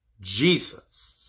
Jesus